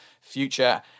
future